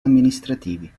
amministrativi